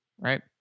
right